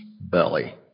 belly